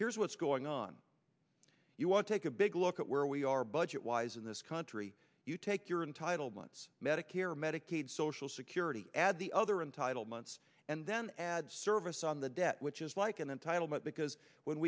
here's what's going on you want take a big look at where we are budget wise in this country you take your entitlements medicare medicaid social security add the other entitlements and then add service on the debt which is like an entitlement because when